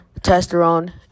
testosterone